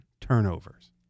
Turnovers